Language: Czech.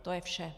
To je vše.